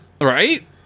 Right